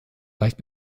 leicht